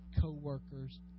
co-workers